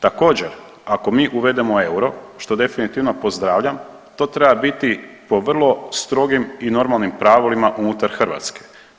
Također ako mi uvedemo euro što definitivno pozdravljam, to treba biti po vrlo strogim i normalnim pravilima unutar Hrvatske.